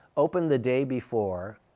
opened the day before,